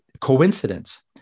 coincidence